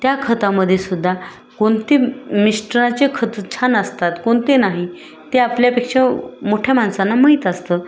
त्या खतामध्ये सुद्धा कोणते मिश्रणाचे खतं छान असतात कोणते नाही ते आपल्यापेक्षा मोठ्या माणसांना माहीत असतं